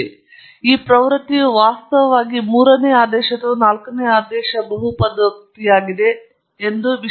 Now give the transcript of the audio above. ಆದ್ದರಿಂದ ಈಗ ನೀವು ಪ್ರವೃತ್ತಿಯನ್ನು ಮತ್ತು ಸೈನಸ್ಯುಯಿಡ್ ಅನ್ನು ತೆಗೆದುಹಾಕಲು ಈ ಮಾದರಿಗಳನ್ನು ಬಳಸುತ್ತೀರಿ ಮತ್ತು ನಂತರ ನೀವು ಈ ಕ್ಷಣದಲ್ಲಿ ಹಾದು ಹೋಗುವುದಿಲ್ಲ ಆದರೆ ಉಳಿದಿರುವವುಗಳನ್ನು ನೀವು ನೋಡಬಹುದು